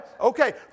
Okay